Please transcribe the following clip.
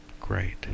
Great